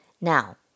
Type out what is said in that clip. Now